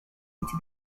into